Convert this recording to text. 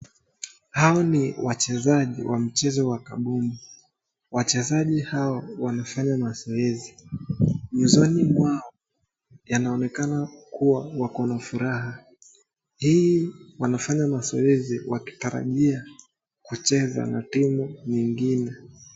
Hawa ni wachezaji wa mchezo wa kabuni, wachezaji hawa wamefanya mazoezi. Nyusoni mwao yanaonekana kuwa wako na furaha. Hii wanafanya mazoezi wakitarajia kucheza na timu nyingine.